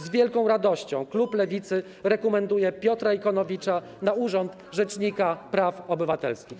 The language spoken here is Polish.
Z wielką radością klub Lewicy rekomenduje Piotra Ikonowicza na urząd rzecznika praw obywatelskich.